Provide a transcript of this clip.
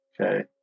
Okay